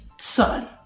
son